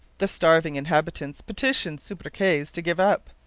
the starving inhabitants petitioned subercase to give up.